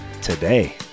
Today